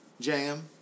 jam